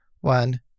one